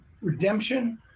redemption